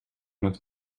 met